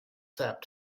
sap